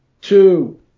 two